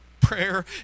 prayer